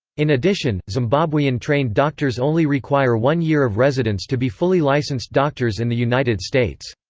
in addition, zimbabwean-trained doctors only require one year of residence to be fully licensed doctors in the united states.